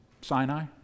Sinai